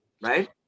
right